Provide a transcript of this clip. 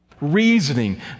Reasoning